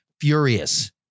furious